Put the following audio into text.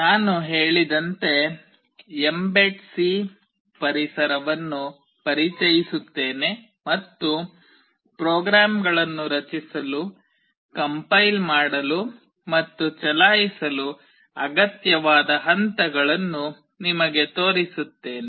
ನಾನು ಹೇಳಿದಂತೆ mbed C ಪರಿಸರವನ್ನು ಪರಿಚಯಿಸುತ್ತೇನೆ ಮತ್ತು ಪ್ರೋಗ್ರಾಂಗಳನ್ನು ರಚಿಸಲು ಕಂಪೈಲ್ ಮಾಡಲು ಮತ್ತು ಚಲಾಯಿಸಲು ಅಗತ್ಯವಾದ ಹಂತಗಳನ್ನು ನಿಮಗೆ ತೋರಿಸುತ್ತೇನೆ